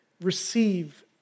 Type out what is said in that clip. receive